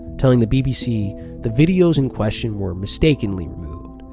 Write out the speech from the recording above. telling the bbc the videos in question were mistakenly removed,